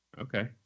Okay